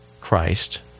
Christ